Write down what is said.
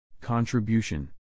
contribution 。